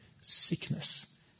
Sickness